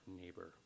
neighbor